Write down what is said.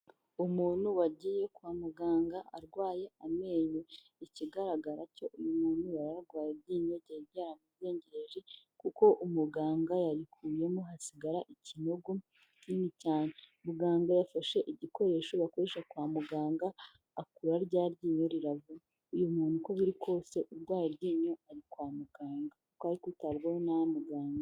Umuntu wagiye kwa muganga arwaye amenyo ikigaragara cyo uyu muntu yarirwaye iryinyo rari ryaramuzengereje kuko umuganga yarkuyemo hasigara ikinogo kinini cyane muganga yafashe igikoresho bakoresha kwa muganga akura rya ryinyo rivamo uyu muntu uko biri kose urwaye iryinyo ari kwa muganga twari kwitabwaho na muganga.